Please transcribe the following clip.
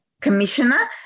commissioner